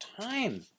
time